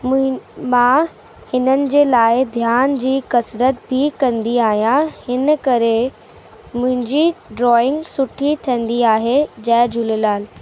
मूं मां हिननि जे लाइ ध्यान जी कसरत बि कंदी आहियां हिन करे मुंहिंजी ड्रॉइंग सुठी थींदी आहे जय झूलेलाल